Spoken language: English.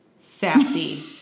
Sassy